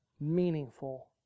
meaningful